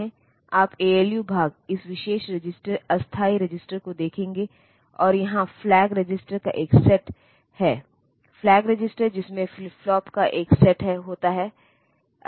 तो आपके पास आठ बिट वर्ड आकार के साथ अधिकतम 256 अलग अलग इंस्ट्रक्शन हो सकते हैं